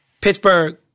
Pittsburgh